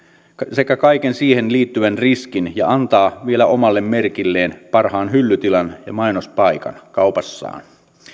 sekä kaiken siihen liittyvän riskin ja antaa vielä omalle merkilleen parhaan hyllytilan ja mainospaikan kaupassaan